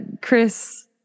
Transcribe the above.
Chris